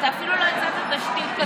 אתה אפילו לא הצעת תשתית כזאת,